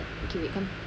ada okay wait come